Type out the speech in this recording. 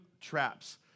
traps